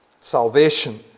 Salvation